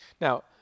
Now